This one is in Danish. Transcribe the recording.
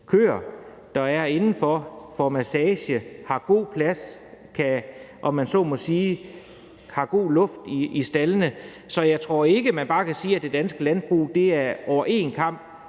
køer, der er indenfor, får massage, har god plads – om man så må sige – har god luft i staldene. Så jeg tror ikke, man bare kan sige, at det danske landbrug over en kam